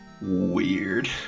weird